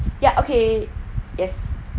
ya okay yes